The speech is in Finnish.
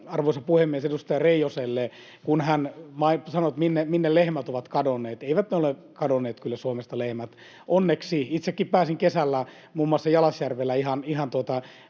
arvoisa puhemies, edustaja Reijoselle, kun hän sanoi, että minne lehmät ovat kadonneet: Eivät ole kadonneet kyllä Suomesta lehmät, onneksi. Itsekin pääsin kesällä muun muassa Jalasjärvellä vähän rouvia